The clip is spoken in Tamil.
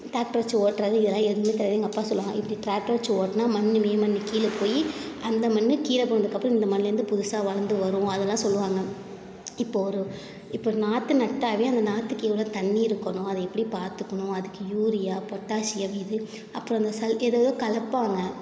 ட்ராக்டர் வெச்சு ஓட்டுறது இதெல்லாம் எதுவுமே தெரியாது எங்கள் அப்பா சொல்வாங்க இப்படி ட்ராக்டர் வெச்சு ஓட்டினா மண் மே மண் கீழே போய் அந்த மண் கீழே போனதுக்கு அப்பறம் இந்த மண்ணில் இருந்து புதுசாக வளர்ந்து வரும் அதெல்லாம் சொல்வாங்க இப்போ ஒரு இப்போ நாற்று நட்டாலே அந்த நாற்றுக்கு எவ்வளோ தண்ணி இருக்கணும் அது எப்படி பார்த்துக்கணும் அதுக்கு யூரியா பொட்டாசியம் இது அப்பறம் அந்த சல் எதேதோ கலப்பாங்க